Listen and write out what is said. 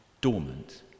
dormant